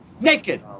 naked